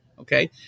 Okay